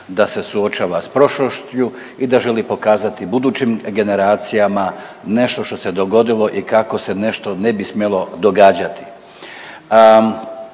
da se suočava sa prošlošću i da želi pokazati budućim generacijama nešto što se dogodilo i kako se nešto ne bi smjelo događati.